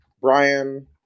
Brian